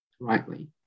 rightly